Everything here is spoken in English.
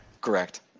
correct